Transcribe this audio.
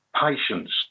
patience